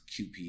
QPA